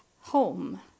home